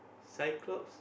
Cyclops